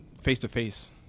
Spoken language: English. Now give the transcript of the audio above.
face-to-face